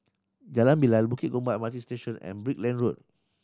Jalan Bilal Bukit Gombak M R T Station and Brickland Road